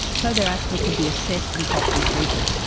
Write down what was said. so their asthma could be assessed and properly treated.